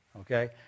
Okay